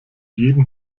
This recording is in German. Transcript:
jeden